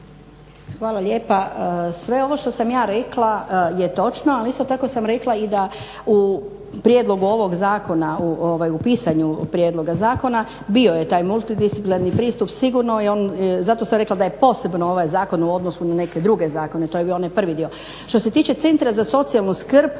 Hvala lijepa. Sve ovo što sam ja rekla je točno, ali isto tako sam rekla i da u prijedlogu ovog zakona u pisanju prijedloga zakona bio je taj multidisciplinarni pristup sigurno. Zato sam rekla da je posebno ovaj zakon u odnosu na neke druge zakone, to je bio onaj prvi dio. Što se tiče Centra za socijalnu skrb